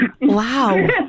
Wow